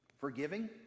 forgiving